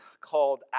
called